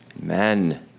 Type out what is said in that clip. Amen